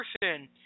person